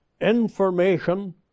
information